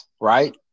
right